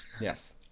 Yes